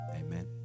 amen